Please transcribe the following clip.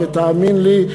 ותאמין לי,